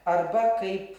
arba kaip